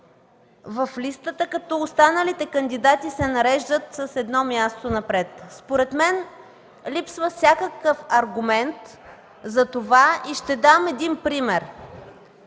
в листата, като останалите се нареждат с едно място напред. Според мен липсва всякакъв аргумент, затова ще дам един пример.